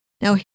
Now